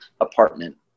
apartment